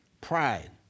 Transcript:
Pride